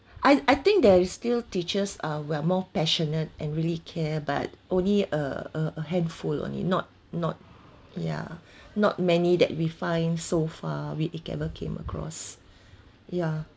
I I think there is still teachers uh where more passionate and really care but only a a a handful only not not ya not many that we find so far we ever came across ya